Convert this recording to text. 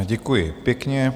Děkuji pěkně.